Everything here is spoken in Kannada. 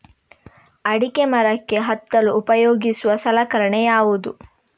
ಅಡಿಕೆ ಮರಕ್ಕೆ ಹತ್ತಲು ಉಪಯೋಗಿಸುವ ಸಲಕರಣೆ ಯಾವುದು?